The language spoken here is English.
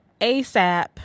ASAP